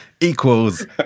equals